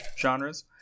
genres